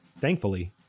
Thankfully